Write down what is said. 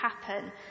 happen